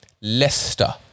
Leicester